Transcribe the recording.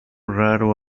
raro